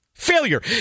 Failure